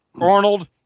Arnold